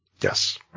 Yes